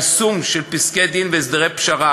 היא היישום של פסקי-דין והסדרי פשרה.